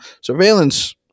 surveillance